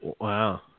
Wow